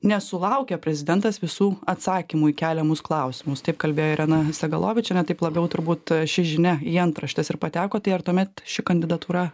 nesulaukė prezidentas visų atsakymų į keliamus klausimus taip kalbėjo irena segalovičienė taip labiau turbūt ši žinia į antraštes ir pateko tai ar tuomet ši kandidatūra